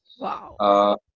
Wow